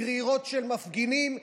גרירות של מפגינים,